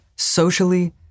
socially